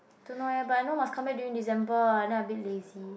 don't know eh but I know must come back during December ah then a bit lazy